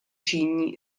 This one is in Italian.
cigni